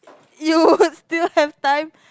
you still have time